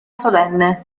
solenne